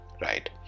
right